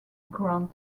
grant